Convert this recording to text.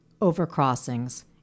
overcrossings